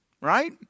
right